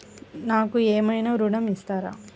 నాకు ఏమైనా ఋణం ఇస్తారా?